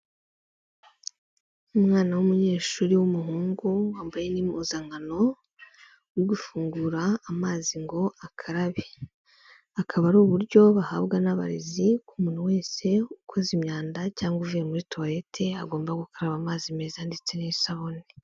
Umwana w'umunyeshuri w'umuhungu wambaye n'impuzankano uri gufungura amazi ngo akarabe. Akaba ari uburyo bahabwa n'abarezi ko muntu wese ukoze imyanda cyangwa uvuye muri tuwarete agomba gukaraba amazi meza ndetse n'isabune.